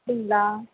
அப்படிங்களா